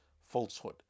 falsehood